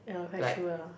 ya quite true lah